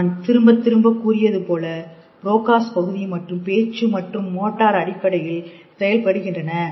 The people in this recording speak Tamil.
நான் திரும்பத் திரும்ப கூறியதுபோல ப்ரோக்காஸ் பகுதி மற்றும் பேச்சு மட்டும் மோட்டார் அடிப்படையில் செயல்படுகின்றன